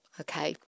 Okay